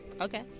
okay